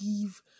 give